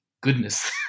goodness